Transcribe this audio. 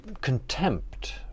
contempt